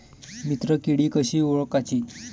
मित्र किडी कशी ओळखाची?